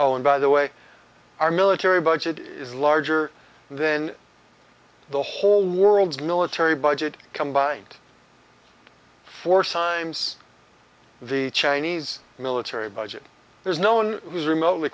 and by the way our military budget is larger than the whole world's military budget combined force times the chinese military budget there's no one who's remotely